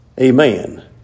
Amen